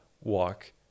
walk